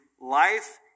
life